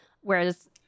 Whereas